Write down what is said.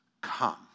come